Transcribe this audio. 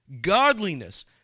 godliness